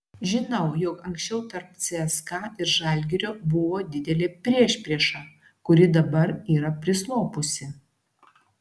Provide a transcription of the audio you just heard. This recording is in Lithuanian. žinau jog anksčiau tarp cska ir žalgirio buvo didelė priešprieša kuri dabar yra prislopusi